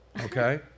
Okay